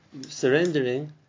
surrendering